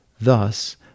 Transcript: Thus